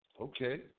okay